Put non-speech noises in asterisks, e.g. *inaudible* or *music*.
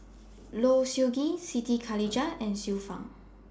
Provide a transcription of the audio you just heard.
*noise* Low Siew Nghee Siti Khalijah and Xiu Fang